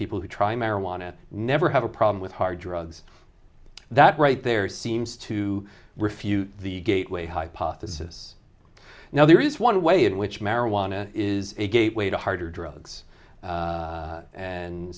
people who try marijuana never have a problem with hard drugs that right there seems to refute the gateway hypothesis now there is one way in which marijuana is a gateway to harder drugs a